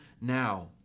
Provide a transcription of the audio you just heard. now